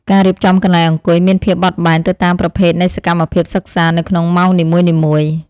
ការរៀបចំកន្លែងអង្គុយមានភាពបត់បែនទៅតាមប្រភេទនៃសកម្មភាពសិក្សានៅក្នុងម៉ោងនីមួយៗ។